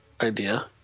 idea